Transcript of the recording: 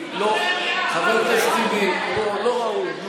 לא ראוי.